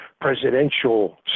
presidential